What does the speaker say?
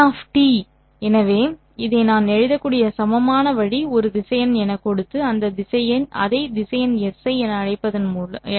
இது ϕj எனவே இதை நான் எழுதக்கூடிய சமமான வழி ஒரு திசையன் எனக் கொடுத்து அதை திசையன் Si என அழைப்பதன் மூலம் ஆகும்